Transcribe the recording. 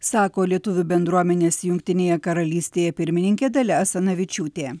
sako lietuvių bendruomenės jungtinėje karalystėje pirmininkė dalia asanavičiūtė